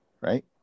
Right